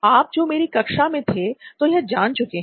आप जो मेरी कक्षा में थे तो यह जान चुके हैं